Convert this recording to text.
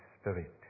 spirit